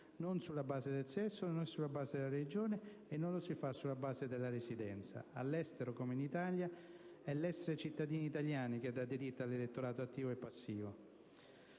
non sulla base del sesso, non sulla base della religione e non lo si fa sulla base della residenza. All'estero come in Italia è l'essere cittadini italiani che dà diritto all'elettorato attivo e passivo.